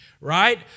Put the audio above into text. right